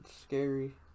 Scary